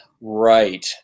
Right